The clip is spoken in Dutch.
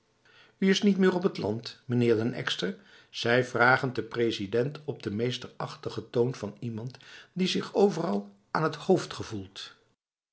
ij is niet meer op het land meneer den ekster zei vragend de resident op de meesterachtige toon van iemand die zich overal aan het hoofd gevoelt